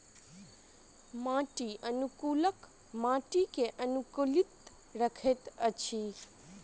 माटि अनुकूलक माटि के अनुकूलित रखैत अछि